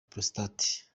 prostate